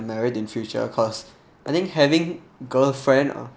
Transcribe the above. married in future cause I think having girlfriend ah